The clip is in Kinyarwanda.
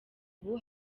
ubu